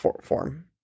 form